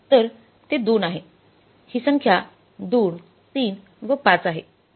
तर ते २ आहे ही संख्या २३ व ५ आहे